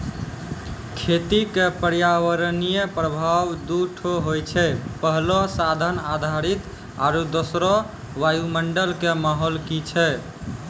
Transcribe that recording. खेती क पर्यावरणीय प्रभाव दू ठो होय छै, पहलो साधन आधारित आरु दोसरो वायुमंडल कॅ माहौल की छै